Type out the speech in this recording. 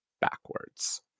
backwards